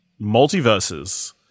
multiverses